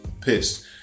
pissed